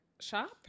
shop